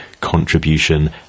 contribution